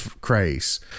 craze